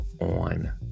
on